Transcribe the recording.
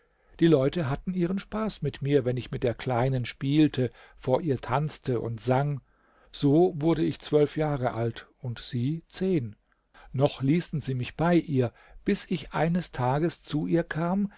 die leute hatten ihren spaß mit mir wenn ich mit der kleinen spielte vor ihr tanzte und sang so wurde ich zwölf jahre alt und sie zehn noch ließen sie mich bei ihr bis ich eines tages zu ihr kam